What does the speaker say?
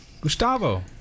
gustavo